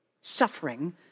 suffering